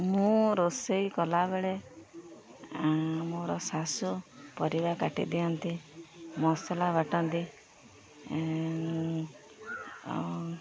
ମୁଁ ରୋଷେଇ କଲାବେଳେ ମୋର ଶାଶୁ ପରିବା କାଟି ଦିଅନ୍ତି ମସଲା ବାଟନ୍ତି